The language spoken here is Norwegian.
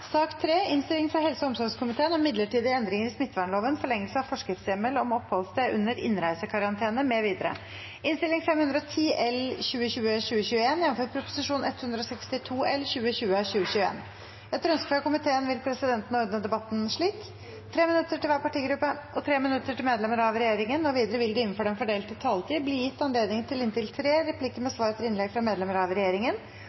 sak nr. 2. Etter ønske fra helse- og omsorgskomiteen vil presidenten ordne debatten slik: 3 minutter til hver partigruppe og 3 minutter til medlemmer av regjeringen. Videre vil det – innenfor den fordelte taletid – bli gitt anledning til inntil tre replikker med